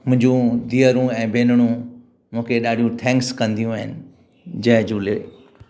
मुंहिंजी धीअरूं ऐं भेनरूं मूंखे ॾढो थैंक्स कंदियूं आहिनि जय झूले